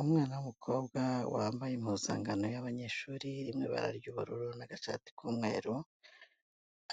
Umwana w'umukobwa wambaye impuzangano y'abanyeshuri iri mu ibara ry'ubururu n'agashati k'umweru,